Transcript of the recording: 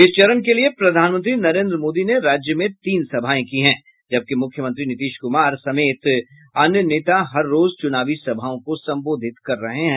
इस चरण के लिए प्रधानमंत्री नरेन्द्र मोदी ने राज्य में तीन सभाएं की है जबकि मुख्यमंत्री नीतीश कुमार समेत अन्य नेता हर रोज चुनावी सभाओं को संबोधित कर रहे हैं